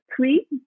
three